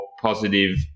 positive